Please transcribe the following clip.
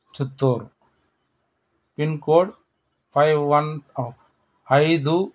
Chittoor pin code five one ఐదు